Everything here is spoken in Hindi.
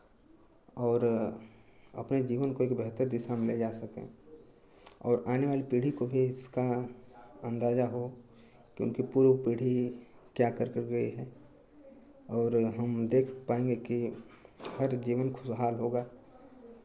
और अपने जीवन को एक बेहतर दिशा में ले जा सकें और आने वाली पीढ़ी को भी इसका अंदाज़ा हो कि उनकी पूर्व पीढ़ी क्या कर कर गई है और हम देख पाएँगे कि हर जीवन खुशहाल होगा